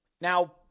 Now